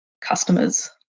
customers